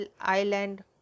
Island